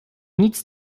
nic